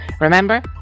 Remember